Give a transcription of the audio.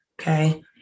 Okay